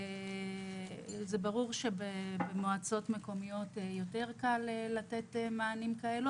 זה ברור שבמועצות מקומיות יותר קל לתת מענים כאלה,